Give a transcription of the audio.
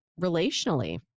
relationally